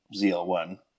ZL1